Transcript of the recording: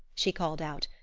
she called out.